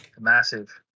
Massive